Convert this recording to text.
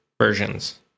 versions